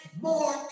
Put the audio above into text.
more